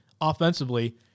offensively